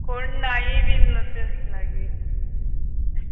कोण नाय़ी बीन लागीं